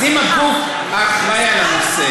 אז אם הגוף האחראי לנושא